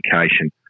education